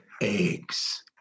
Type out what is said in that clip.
eggs